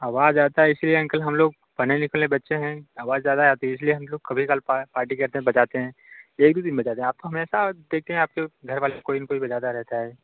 आवाज आता है इसलिए अंकल हम लोग पढ़ने लिखने वाले बच्चे हैं आवाज ज़्यादा आती है इसलिए हम लोग कभी काल पार्टी करते हैं बजाते हैं एक दू दिन बजाते हैं आप तो हमेशा देखे हैं आपके घरवाले कोई ना कोई बजाता रहता है